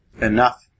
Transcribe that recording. enough